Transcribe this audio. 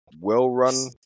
well-run